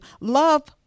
love